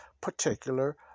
particular